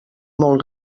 molt